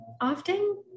often